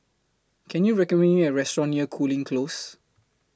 Can YOU recommend Me A Restaurant near Cooling Close